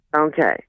Okay